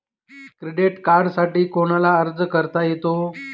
Credit कार्डसाठी कोणाला अर्ज करता येतो?